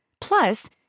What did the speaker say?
Plus